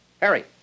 Harry